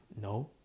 No